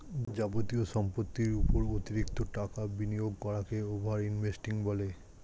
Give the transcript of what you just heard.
যাবতীয় সম্পত্তির উপর অতিরিক্ত টাকা বিনিয়োগ করাকে ওভার ইনভেস্টিং বলে